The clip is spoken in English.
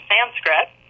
Sanskrit